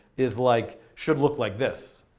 is like, should look like this,